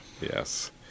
Yes